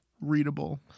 readable